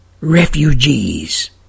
refugees